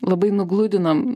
labai nugludinom